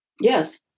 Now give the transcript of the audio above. Yes